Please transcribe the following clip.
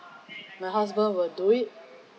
my husband will do it